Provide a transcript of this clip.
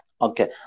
Okay